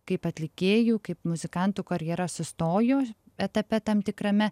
kaip atlikėjų kaip muzikantų karjera sustojo etape tam tikrame